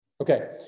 Okay